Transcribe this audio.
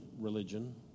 religion